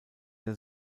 der